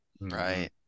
Right